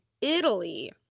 Italy